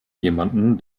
jemanden